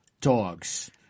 dogs